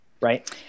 Right